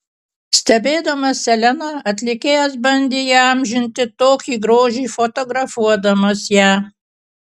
stebėdamas seleną atlikėjas bandė įamžinti tokį grožį fotografuodamas ją